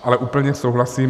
Ale úplně souhlasím.